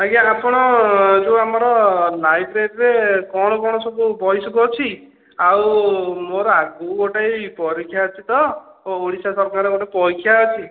ଆଜ୍ଞା ଆପଣ ଯେଉଁ ଆମର ଲାଇବ୍ରେରି ରେ କଣ କଣ ସବୁ ବହି ସବୁଅଛି ଆଉ ମୋର ଆଗକୁ ଗୋଟେ ଏଇ ପରୀକ୍ଷା ଅଛି ତ ଓଡ଼ିଶା ସରକାର ଗୋଟେ ପରୀକ୍ଷା ଅଛି